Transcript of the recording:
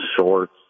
shorts